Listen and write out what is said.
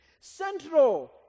Central